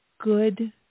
good